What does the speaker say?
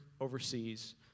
overseas